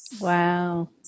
Wow